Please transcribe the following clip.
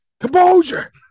Composure